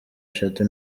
eshatu